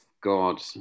God